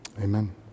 Amen